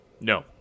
No